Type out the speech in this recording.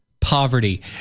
poverty